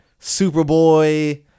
Superboy